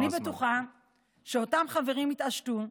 אני בטוחה שאותם חברים יתעשתו,